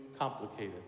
complicated